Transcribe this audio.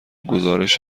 گزارش